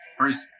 first